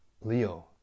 Leo